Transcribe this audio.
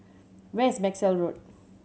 where is Maxwell Road